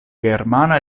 germana